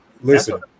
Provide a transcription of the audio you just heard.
listen